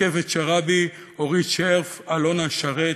רקפת שרעבי, אורית שרף, אלונה שרת,